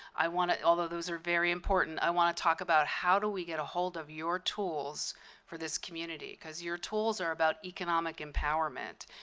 i want to although those are very important. i want to talk about how do we get ahold of your tools for this community? because your tools are about economic empowerment.